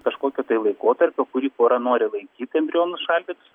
kažkokio tai laikotarpio kurį pora nori laikyti embrionus šaldytus